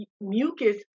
mucus